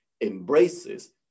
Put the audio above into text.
embraces